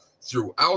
throughout